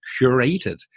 curated